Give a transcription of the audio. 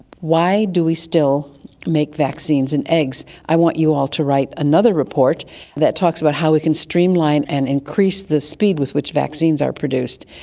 why do we still make vaccines in eggs? i want you all to write another report that talks about how we can streamline and increase the speed with which vaccines are produced.